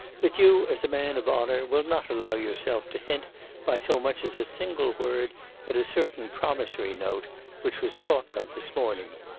that you as a man of honour will not allow yourself to hint by so much as a single word at a certain promissory note which was talked of this morning.